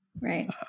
right